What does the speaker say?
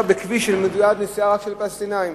בכביש שמיועד לנסיעה רק של פלסטינים.